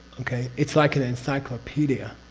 okay? it's like an encyclopedia,